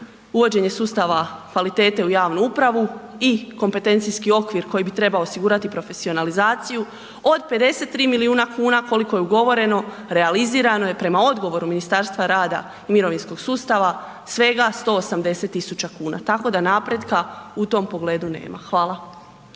uvođenje sustava kvalitete u javnu upravu i kompetencijski okvir koji bi trebao osigurati profesionalizaciju od 53 milijuna kuna koliko je ugovoreno realizirano je prema odgovoru Ministarstva rada i mirovinskog sustava svega 180 tisuća kuna. Tako da napretka u tom pogledu nema. Hvala.